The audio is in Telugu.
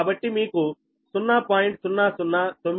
కాబట్టి మీకు 0